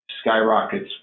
skyrockets